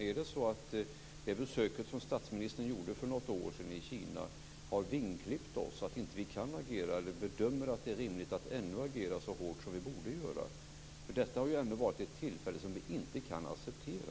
Är det så att det besök som statsministern gjorde för något år sedan i Kina har vingklippt oss, så att vi inte kan agera eller bedömer att det ännu inte är rimligt att agera så hårt som vi borde göra? Det har ändå varit ett tillfälle som vi inte kan acceptera.